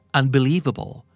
unbelievable